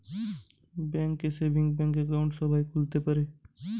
bank এ savings bank account সবাই খুলতে পারে